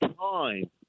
time